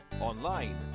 online